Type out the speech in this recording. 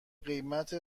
قیمت